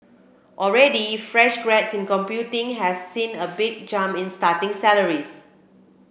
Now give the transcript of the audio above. already fresh grads in computing have seen a big jump in starting salaries